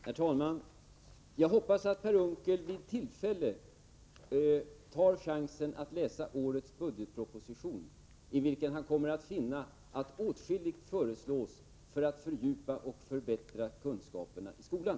Herr talman! Jag hoppas att Per Unckel vid tillfälle tar chansen att läsa årets budgetproposition, i vilken han kommer att finna att åtskilligt föreslås för att fördjupa och förbättra kunskaperna i skolan.